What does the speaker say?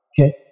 Okay